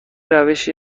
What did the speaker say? روشی